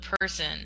person